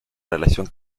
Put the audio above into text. relación